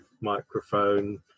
microphone